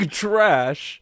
trash